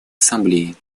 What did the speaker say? ассамблеи